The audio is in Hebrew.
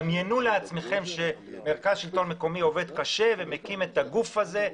דמיינו לעצמכם שמרכז שלטון מקומי עובד קשה ומקים את הגוף הזה.